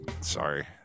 sorry